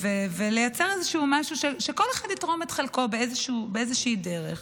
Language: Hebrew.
לייצר איזשהו משהו שכל אחד יתרום את חלקו באיזושהי דרך: